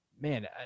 Man